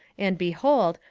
and, behold,